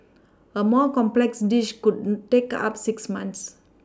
a more complex dish could take up six months